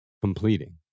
completing